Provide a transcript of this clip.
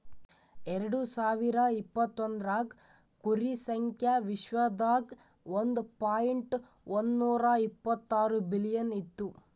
ಎರಡು ಸಾವಿರ ಇಪತ್ತೊಂದರಾಗ್ ಕುರಿ ಸಂಖ್ಯಾ ವಿಶ್ವದಾಗ್ ಒಂದ್ ಪಾಯಿಂಟ್ ಒಂದ್ನೂರಾ ಇಪ್ಪತ್ತಾರು ಬಿಲಿಯನ್ ಇತ್ತು